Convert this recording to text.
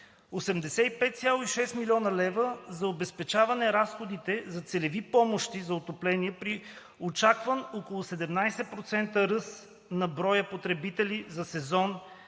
85,6 млн. лв. – за обезпечаване разходите за целеви помощи за отопление, при очакван около 17% ръст на броя потребители за сезон